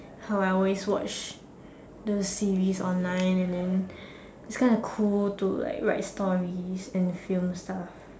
how I always watch the series online and then it's kinda cool to like write stories and film stuff